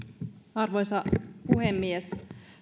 arvoisa puhemies